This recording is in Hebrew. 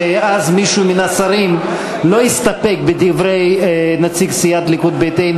שאז מישהו מן השרים לא יסתפק בדברי נציג סיעת הליכוד ביתנו,